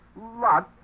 Lots